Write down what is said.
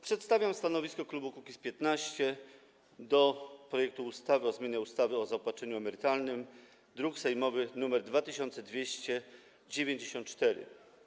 Przedstawiam stanowisko klubu Kukiz’15 wobec projektu ustawy o zmianie ustawy o zaopatrzeniu emerytalnym, druk sejmowy nr 2294.